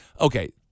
Okay